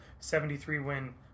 73-win